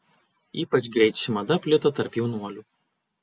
ypač greit ši mada plito tarp jaunuolių